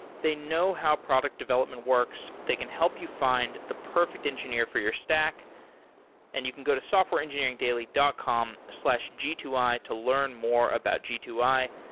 they know how product development works. they can help you find the perfect engineer for your stack and you can go to softwareengineeringdaily dot com slash g two i to learn more about g two i.